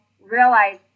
realize